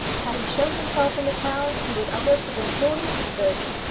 had he shown himself in the town, he would almost have been pulled in pieces.